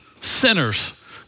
sinners